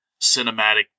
cinematic